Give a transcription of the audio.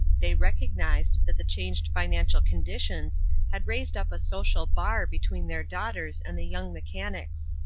they recognized that the changed financial conditions had raised up a social bar between their daughters and the young mechanics.